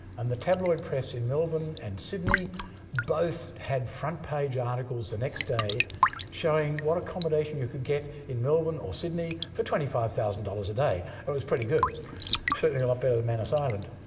and the tabloid press in melbourne and sydney both had front page articles the next day showing what accommodation you could get in melbourne or sydney for twenty five thousand dollars a day. it was pretty good certainly a lot better than manus island.